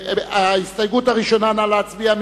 ההסתייגות הראשונה, נא להצביע.